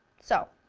so,